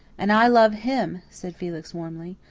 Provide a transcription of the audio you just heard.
and i love him, said felix warmly.